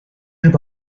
日本